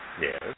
Yes